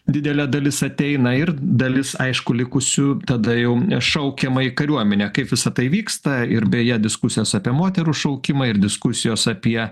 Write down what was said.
didelė dalis ateina ir dalis aišku likusių tada jau šaukiama į kariuomenę kaip visa tai vyksta ir beje diskusijos apie moterų šaukimą ir diskusijos apie